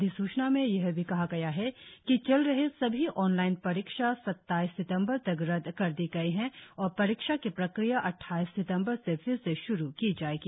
अधिसूचना में यह भी कहा गया है कि चल रहे सभी ऑनलाईन परीक्षा सत्ताईस सितंबर तक रद्द कर दी गई है और परीक्षा की प्रक्रिया अद्वाईस सितंबर से फिर से श्रु की जाएगी